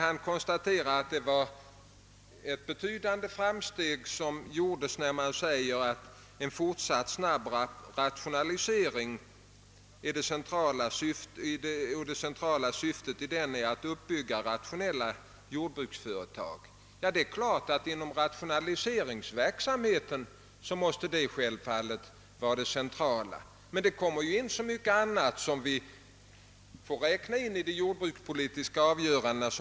Han konstaterar att det var ett betydande steg framåt som togs när man sade att det centrala syftet med en fortsatt snabb rationalisering var att uppbygga rationella jordbruksföretag. En rationalisering av verksamheten måste självfallet vara det centrala, men det kommer in så mycket annat som vi måste räkna med vid de jordbrukspolitiska avgörandena.